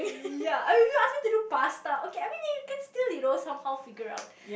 ya ya and I ask me to do pasta okay I can still you know somehow figure out